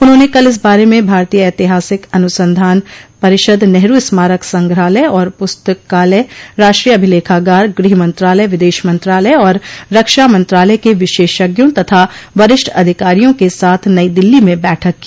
उन्होंने कल इस बारे में भारतीय ऐतिहासिक अनुसंधान परिषद नेहरू स्मारक संग्रहालय और पुस्तकालय राष्ट्रीय अभिलेखागार गृहमंत्रालय विदेश मंत्रालय और रक्षा मंत्रालय के विशेषज्ञों तथा वरिष्ठ अधिकारियों के साथ नई दिल्ली में बैठक की